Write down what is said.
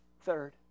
third